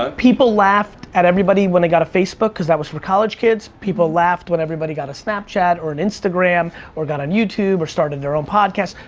ah people laughed at everybody when they got a facebook cause that was for college kids, people laughed when everybody got a snapchat or an instagram or got on youtube or started their own podcast.